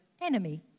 enemy